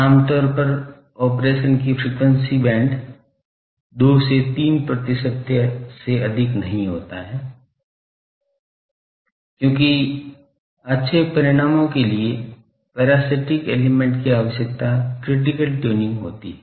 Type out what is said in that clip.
आमतौर पर ऑपरेशन की फ्रिक्वेंसी बैंड 2 से 3 प्रतिशत से अधिक नहीं होता है क्योंकि इष्टतम परिणामों के लिए पैरासिटिक एलिमेंट की आवश्यक क्रिटिकल ट्यूनिंग होती है